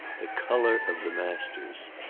the colour of the masters.